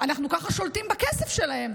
ככה אנחנו שולטים בכסף שלהם.